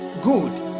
good